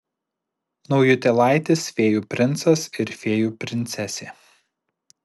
naujutėlaitis fėjų princas ir fėjų princesė